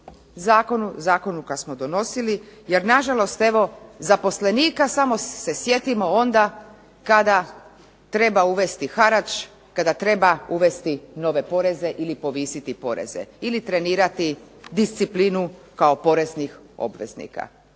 zakonu kad smo donosili, jer na žalost evo zaposlenika samo se sjetimo onda kada treba uvesti harač, kada treba uvesti nove poreze ili povisiti poreze, ili trenirati disciplinu kao poreznih obveznika.